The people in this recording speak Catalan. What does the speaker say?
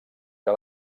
que